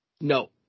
No